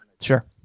Sure